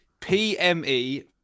pme